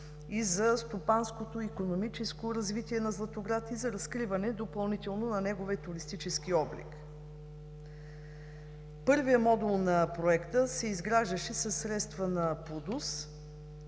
за стопанското, икономическо развитие на Златоград и за допълнително разкриване на неговия туристически облик. Първият модул на проекта се изграждаше със средства на ПУДООС.